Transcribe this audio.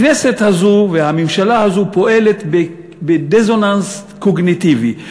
הכנסת הזאת והממשלה הזאות פועלות בדיסוננס קוגניטיבי,